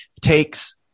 takes